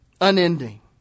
unending